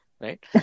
Right